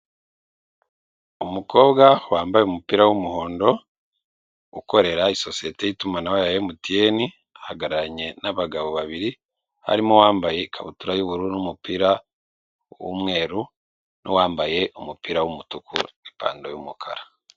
Umukobwa wambaye umupira w'umuhondo ukorera isosiyete y'itumanaho ya Emutiyene, ahagararanye n'abagabo babiri harimo uwambaye ikabutura y'ubururu n'umupira w'umweru, n'uwambaye umupira w'umutuku n'ipantaro y'umukara.